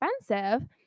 expensive